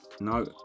No